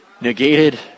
negated